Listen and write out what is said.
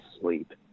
sleep